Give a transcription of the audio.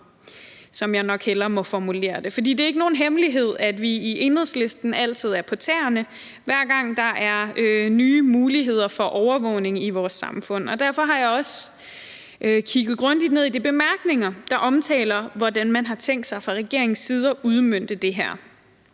det er ikke nogen hemmelighed, at vi i Enhedslisten altid er på tæerne, hver gang der er nye muligheder for overvågning i vores samfund, og derfor har jeg også kigget grundigt ned i de bemærkninger, der omtaler, hvordan man fra regeringens side har tænkt sig